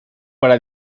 para